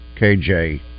KJ